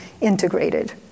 integrated